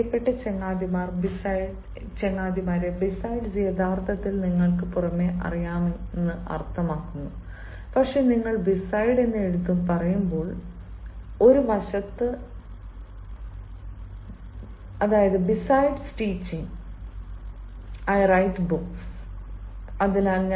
എന്റെ പ്രിയപ്പെട്ട ചങ്ങാതിമാർ "ബിസെഡ്സ്" യഥാർത്ഥത്തിൽ നിങ്ങൾക്ക് പുറമേ അറിയാമെന്ന് അർത്ഥമാക്കുന്നു പക്ഷേ നിങ്ങൾ "ബിസെഡ്" എന്ന് പറയുമ്പോൾ വശത്ത് besides teaching besides teaching I write books I write books